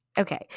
Okay